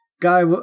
Guy